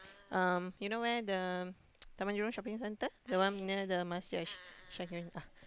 um you know where the Taman-Jurong-Shopping-Centre the one near the Masjid-Assyakirin ah